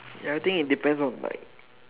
ya I think it depends on like